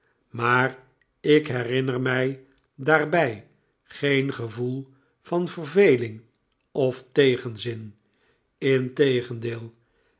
maar ik herinner mij daarbij geen gevoel van verveling of tegenzin integendeel